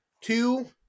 two